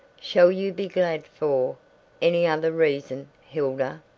shall you be glad for any other reason, hilda?